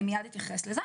אני אתייחס לזה,